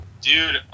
dude